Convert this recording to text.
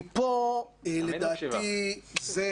כי פה לדעתי זו